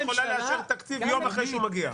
הכנסת יכולה לאשר תקציב יום אחרי שהוא מגיע.